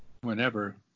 whenever